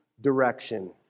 direction